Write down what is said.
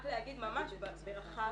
רק להגיד ממש ברחב,